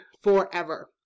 forever